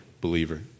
believer